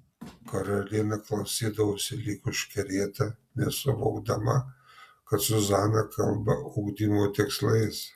karolina klausydavosi lyg užkerėta nesuvokdama kad zuzana kalba ugdymo tikslais